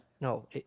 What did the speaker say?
No